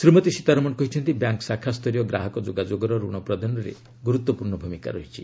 ଶ୍ରୀମତୀ ସୀତାରମଣ କହିଛନ୍ତି ବ୍ୟାଙ୍କ୍ଶାଖା ସ୍ତରୀୟ ଗ୍ରାହକ ଯୋଗାଯୋଗର ଋଣ ପ୍ରଦାନରେ ଗୁରୁତ୍ୱପୂର୍ଣ୍ଣ ଭୂମିକା ରହିଛି